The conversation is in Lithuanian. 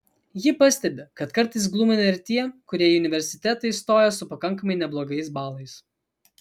ji pastebi kad kartais glumina ir tie kurie į universitetą įstoja su pakankamai neblogais balais